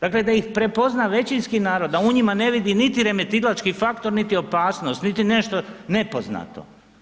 Dakle da ih prepozna većinski narod, da u njima ne vidi niti remetilački faktor niti opasnost, u biti nešto nepoznato.